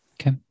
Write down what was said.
Okay